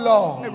Lord